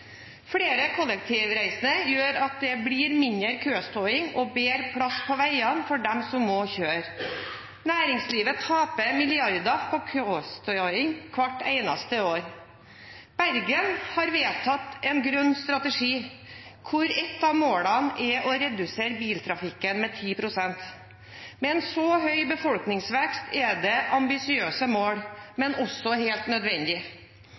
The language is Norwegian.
Flere kollektivreisende gjør at det blir mindre køståing og bedre plass på veiene for dem som må kjøre. Næringslivet taper milliarder på køståing hvert eneste år. Bergen har vedtatt en grønn strategi hvor ett av målene er å redusere biltrafikken med 10 pst. Med en så høy befolkningsvekst er det ambisiøse mål, men det er også helt nødvendig.